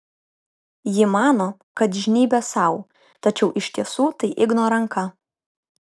ji mano kad žnybia sau tačiau iš tiesų tai igno ranka